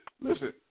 Listen